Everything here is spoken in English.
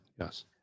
Yes